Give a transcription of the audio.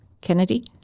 Kennedy